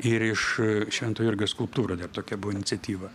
ir iš švento jurgio skulptūrą tokia buvo iniciatyva